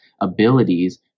abilities